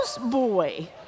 boy